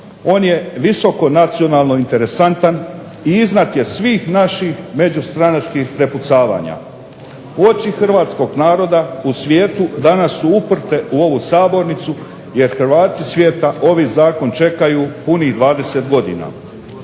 on je visoko nacionalno interesantan i iznad je svih naših međustranačkih prepucavanja. Oči hrvatskog naroda u svijetu danas su uprte u ovu sabornicu, jer Hrvati svijeta ovi zakon čekaju punih 20 godina.